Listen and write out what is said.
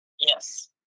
Yes